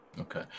Okay